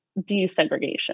desegregation